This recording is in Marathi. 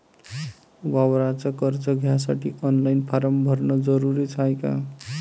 वावराच कर्ज घ्यासाठी ऑनलाईन फारम भरन जरुरीच हाय का?